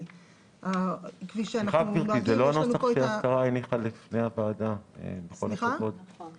אחרי שהצבתי את העמדה של הוועדה הזאת בוועדת הכלכלה,